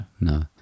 No